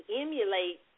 emulate